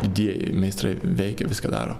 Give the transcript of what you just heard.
didieji meistrai veikia viską daro